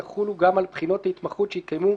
יחולו גם על בחינות התמחות שהתקיימו,